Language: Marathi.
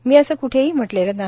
मी असं कुठेही म्हटलेल नाही